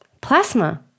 Plasma